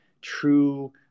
true